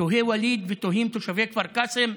תוהה ווליד ותוהים תושבי כפר קאסם,